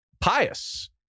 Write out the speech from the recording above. pious